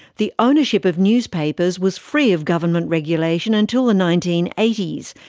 the ownership of newspapers was free of government regulation until the nineteen eighty s,